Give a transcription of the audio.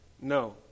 No